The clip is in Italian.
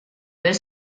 per